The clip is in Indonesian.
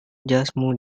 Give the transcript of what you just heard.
jasmu